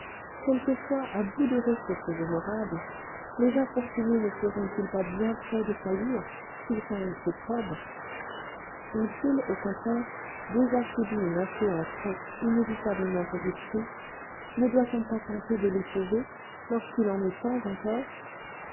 quelquefois à bout de ressources honorables les infortunés ne seront-ils pas bien près de faillir s'ils sont restés probes ont-ils au contraire déjà subi une influence presque inévitablement corruptrice ne doit-on pas tenter de les sauver lorsqu'il en est temps encore